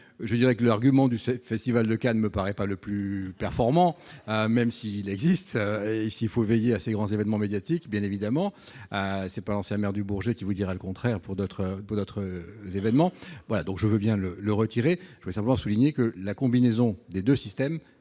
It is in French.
je dirais que l'argument du 7 Festival de Cannes me paraît pas le plus performant, même s'il existe, il faut veiller à ces grands événements médiatiques, bien évidemment, c'est pas l'ancien maire du Bourget qui vous dira le contraire, pour d'autres, d'autres événements, voilà, donc je veux bien le le retirer, je voulais simplement souligner que la combinaison des 2 systèmes